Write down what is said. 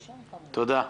תודה.